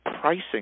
pricing